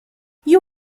you